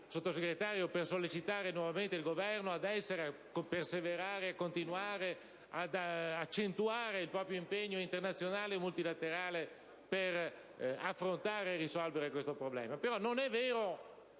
tutti qui per sollecitare nuovamente il Governo a perseverare, continuare, accentuare il proprio impegno internazionale e multilaterale per affrontare e risolvere questo problema; non è vero